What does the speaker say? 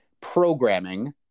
programming